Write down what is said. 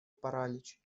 паралич